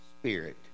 spirit